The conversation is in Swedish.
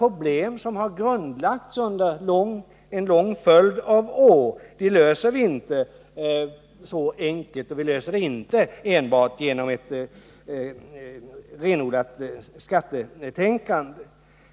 Problem som har grundlagts under en lång följd av år löser vi inte så enkelt, och vi löser dem inte enbart genom renodlat skattetänkande.